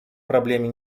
проблеме